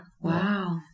Wow